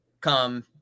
come